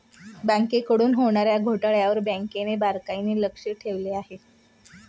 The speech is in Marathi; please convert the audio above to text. बँकांकडून होणार्या घोटाळ्यांवर बँकांनी बारकाईने लक्ष ठेवले आहे